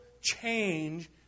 change